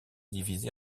divisée